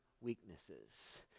weaknesses